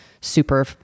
super